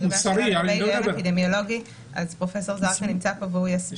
ההיגיון האפידמיולוגי יסביר פרופסור זרקא.